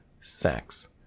sex